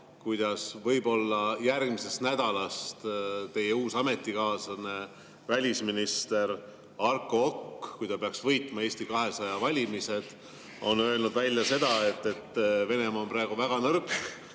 kuidas võib-olla järgmisest nädalast teie uus ametikaaslane, välisminister Arko Okk, kui ta peaks võitma Eesti 200 valimised, on öelnud välja seda, et Venemaa on praegu väga nõrk